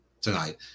tonight